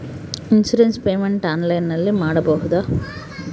Insurance payment ಆನ್ಲೈನಿನಲ್ಲಿ ಮಾಡಬಹುದಾ?